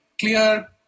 clear